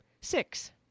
Six